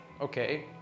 okay